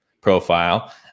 profile